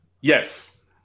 Yes